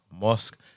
mosque